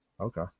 Okay